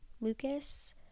Lucas